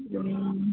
ம்